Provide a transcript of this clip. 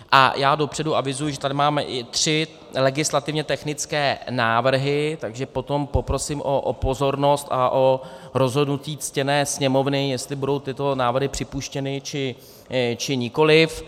A já dopředu avizuji, že tady máme i tři legislativně technické návrhy, takže potom poprosím o pozornost a o rozhodnutí ctěné Sněmovny, jestli budou tyto návrhy připuštěny, či nikoliv.